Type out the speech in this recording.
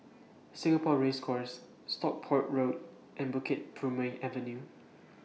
Singapore Race Course Stockport Road and Bukit Purmei Avenue